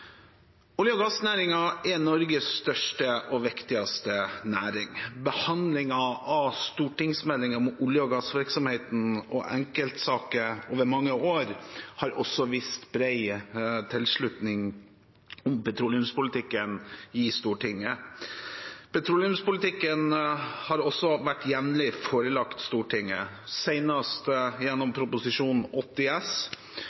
Olje- og gassnæringen er Norges største og viktigste næring. Behandlingen av stortingsmeldinger om olje- og gassvirksomheten og enkeltsaker over mange år har også vist bred tilslutning til petroleumspolitikken i Stortinget. Petroleumspolitikken har også jevnlig vært forelagt Stortinget, senest gjennom Prop. 80 S